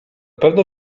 pewno